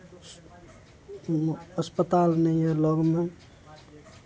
अस्पताल नहि यए लगमे